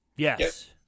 Yes